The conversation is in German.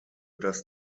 das